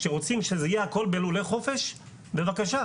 שרוצים שזה יהיה הכול בלולי חופש, בבקשה.